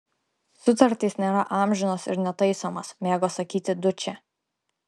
sutartys nėra amžinos ir netaisomos mėgo sakyti dučė